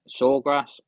Sawgrass